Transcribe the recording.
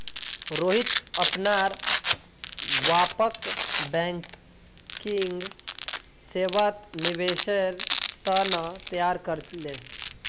रोहित अपनार बापक बैंकिंग सेवात निवेशेर त न तैयार कर ले